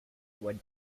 what